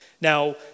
Now